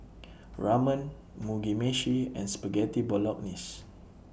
Ramen Mugi Meshi and Spaghetti Bolognese